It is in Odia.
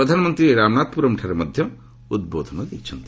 ପ୍ରଧାନମନ୍ତ୍ରୀ ରାମନାଥପୁରମ୍ଠାରେ ମଧ୍ୟ ଉଦ୍ବୋଧନ ଦେଇଛନ୍ତି